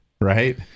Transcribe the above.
right